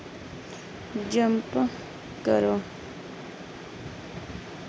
jump करो